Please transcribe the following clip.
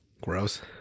gross